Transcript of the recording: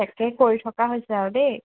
কৰি থকা হৈছেও দেই